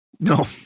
No